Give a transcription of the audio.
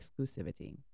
exclusivity